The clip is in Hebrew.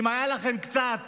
אם הייתה לכם קצת